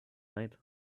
night